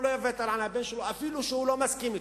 הוא לא יוותר על הבן שלו אפילו שהוא לא מסכים אתו.